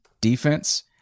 defense